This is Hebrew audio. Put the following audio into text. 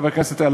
הציבורית.